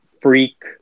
freak